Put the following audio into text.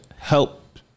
Help